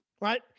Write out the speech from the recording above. right